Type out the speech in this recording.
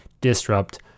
disrupt